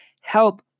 Help